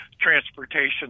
transportation